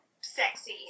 sexy